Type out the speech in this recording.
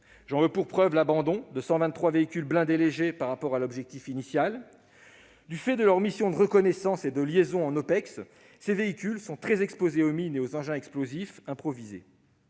J'en veux pour preuve l'abandon de 123 véhicules blindés légers par rapport à l'objectif initial. Du fait de leur mission de reconnaissance et de liaison en OPEX, ces véhicules sont très exposés aux mines et aux engins explosifs improvisés.